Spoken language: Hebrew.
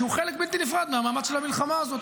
שהוא חלק בלתי נפרד מהמאמץ של המלחמה הזאת,